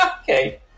Okay